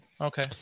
Okay